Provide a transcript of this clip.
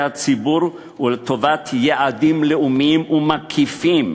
הציבור ולטובת יעדים לאומיים ומקיפים?